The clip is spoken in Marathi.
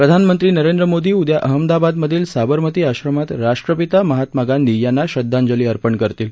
प्रधानमंत्री नरेंद्र मोदी उद्या अहमदाबाद मधील साबरमती आश्रमात राष्ट्रपिता महात्मा गांधी यांना श्रद्धांजली अर्पण करतील